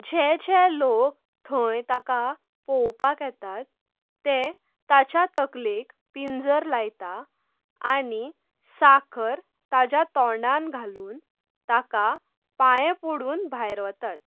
जे जे लोक थंय ताका पळोवपाक येतात ते ताच्या तकलेक पिंजर लायता आनी साखर ताज्या तोंडान घालून ताका पांय पडून भायर वतात